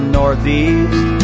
northeast